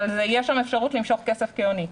אבל יש שם אפשרות למשוך כסף כהוני.